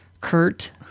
Kurt